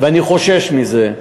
ואני חושש מזה.